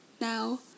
Now